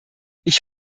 ich